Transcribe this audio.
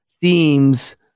themes